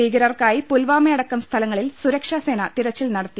ഭീകരർക്കായി പുൽവാമ അടക്കം സ്ഥലങ്ങളിൽ സുരക്ഷാസേന തെരച്ചിൽ നടത്തി